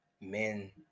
men